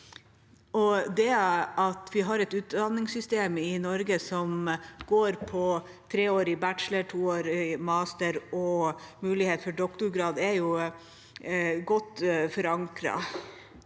Det at vi har et utdanningssystem i Norge som går på treårig bachelor, toårig master og mulighet for doktorgrad, er godt forankret.